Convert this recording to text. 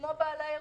כמו בעלי האירועים.